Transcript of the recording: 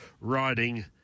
riding